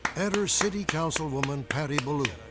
enter city councilwoman, patty belew,